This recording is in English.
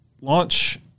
launch